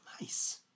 Nice